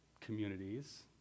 communities